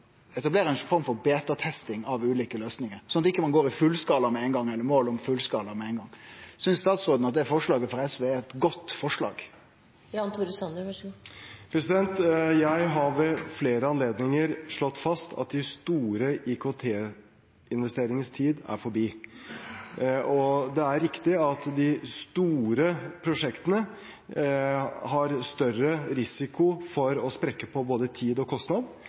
etablere ei form for betatesting av ulike løysingar, slik at ein ikkje går i fullskala med ein gong, eller med mål om fullskala med ein gong. Synest statsråden at forslaget frå SV er eit godt forslag? Jeg har ved flere anledninger slått fast at de store IKT-investeringenes tid er forbi. Og det er riktig at de store prosjektene har større risiko for å sprekke på både tid og kostnad.